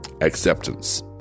acceptance